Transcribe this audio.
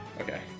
Okay